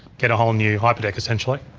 get a whole new hyperdeck, essentially.